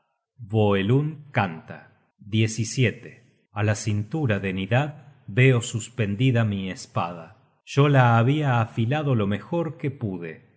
abandonadle en el sioe stad voelund canta a la cintura de nidad veo suspendida mi espada yo la habia afilado lo mejor que pude